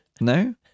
no